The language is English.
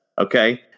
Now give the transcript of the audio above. Okay